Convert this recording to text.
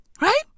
right